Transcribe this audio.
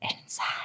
inside